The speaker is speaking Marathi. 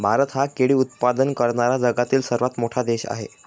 भारत हा केळी उत्पादन करणारा जगातील सर्वात मोठा देश आहे